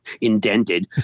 indented